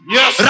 Yes